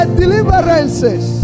deliverances